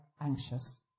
anxious